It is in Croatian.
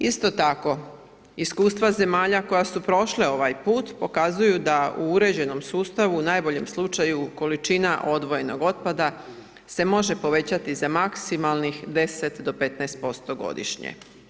Isto tako, iskustva zemalja koja su prošla ovaj put pokazuju da u uređenom sustavu u najboljem slučaju, količina odvojenog otpada se može povećati za maksimalnih 10 do 15% godišnje.